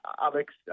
Alex